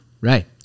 Right